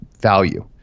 value